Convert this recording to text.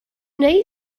wnei